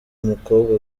umukobwa